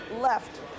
left